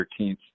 13th